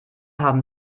haben